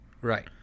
Right